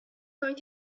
going